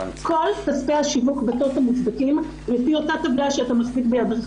כל כספי השיווק בטוטו מתבצעים לפי אותה טבלה שאתה מחזיק בידך.